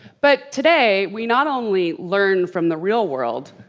but today we not only learn from the real world,